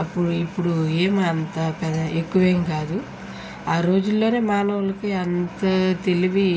అప్పుడు ఇప్పుడు ఏమి అంత పెద ఎక్కువేమి కాదు ఆ రోజుల్లోనే మానవులకి అంత తెలివి